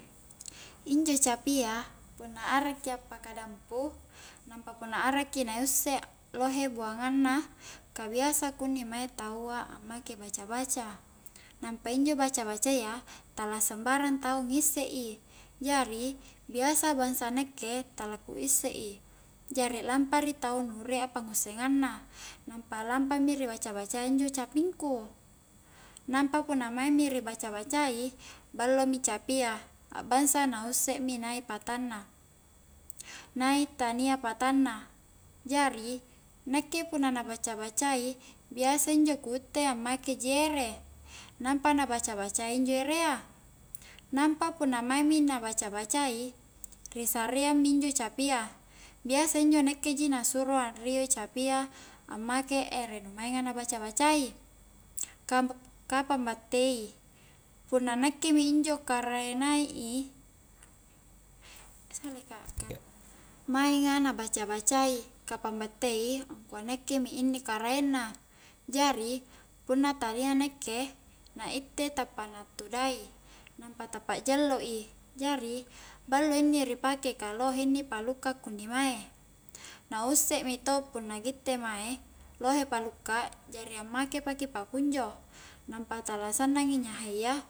Injo capia punna arak ki appaka dampu, nampa punna arak ki na usse lohe buangang na, ka biasa kunni mae taua ammake baca-baca nampa injo baca-bacayya tala sambarang tau ngisse i, jari biasa bangsa nakke tala ku usse i, jari lampa ri taua nu riek a pangussengang na nampa lampami ri baca-bacai injo capingku nampa punna maing mi ni baca-bacai ballo mi capia a'bangsa na usse mi nai patanna nai tania patanna. Jari, nakke punna na baca-bacai, biasa injo ku itte ammake ji ere nampa na baca-bacai injo erea nampa punna maing mi na baca-bacai ri sareang mi injo capia, biasa injo nakke ji na suro anrio i capia ammake ere nu mainga na baca-bacai, ka-ka pambattei, punna nakke mi injo karaenai mainga na baca-bacai, ka-ka pambattei, angkua nakke mi inni karaeng na. Jari, punna talia nakke, na itte tappa na tudai, nampa tappa jallo i, jari ballo inni ri pake ka lohe inni palukka kunni mae na usse mi to punna gitte mae, lohe palukka, jari ammake paki pakunjo mainga na baca-bacai, ka-ka pambattei, nampa tala sannang i nyahayya